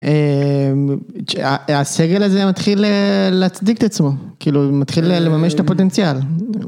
הסגל הזה מתחיל להצדיק את עצמו, כאילו, מתחיל לממש את הפוטנציאל.